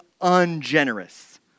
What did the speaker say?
ungenerous